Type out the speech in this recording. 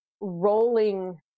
rolling